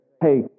hey